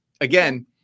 again